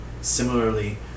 similarly